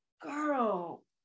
Girl